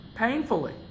Painfully